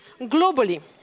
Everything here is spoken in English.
globally